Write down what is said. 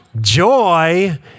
Joy